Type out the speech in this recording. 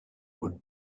would